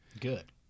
Good